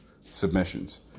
submissions